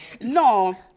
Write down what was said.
No